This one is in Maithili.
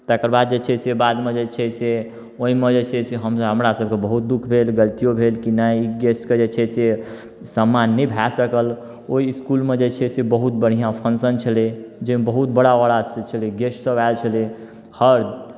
तकर बाद जे छै से बादमे जे छै से ओहिमे जे छै से हम हमरासभके बहुत दुख भेल गलतियो भेल कि नहि गेस्टके जे छै से सम्मान नहि भए सकल ओहि इसकुलमे जे छै से बहुत बढ़िआँ फंक्शन छलै जाहिमे बहुत बड़ा औरा सँ छलै सभ आयल छलै हर